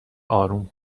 آروم